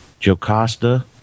Jocasta